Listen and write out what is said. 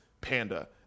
panda